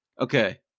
Okay